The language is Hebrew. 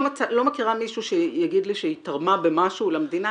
מכירה מישהו שיגיד לי שהיא תרמה במשהו למדינה,